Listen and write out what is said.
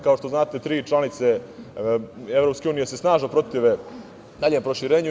Kao što znate, tri članice EU se snažno protive daljem proširenju.